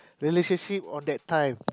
relationship on that time